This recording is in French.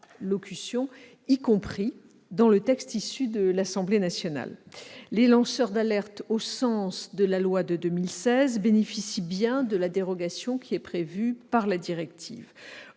» figurant dans le texte voté par l'Assemblée nationale. Les lanceurs d'alerte au sens de la loi de 2016 bénéficient bien de la dérogation prévue par la directive.